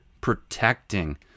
protecting